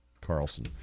Carlson